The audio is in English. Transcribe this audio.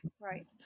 right